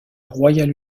royale